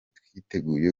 twiteguye